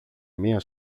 μια